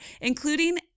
including